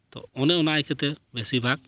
ᱛᱚ ᱚᱱᱮ ᱚᱱᱟ ᱤᱠᱷᱟᱹᱛᱮ ᱵᱮᱥᱤ ᱵᱷᱟᱜᱽ